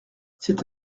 c’est